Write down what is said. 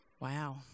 Wow